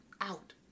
out